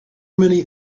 many